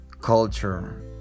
culture